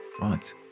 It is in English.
Right